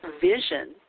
vision